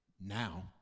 Now